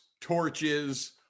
torches